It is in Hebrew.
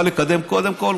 באה לקדם קודם כול,